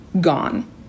gone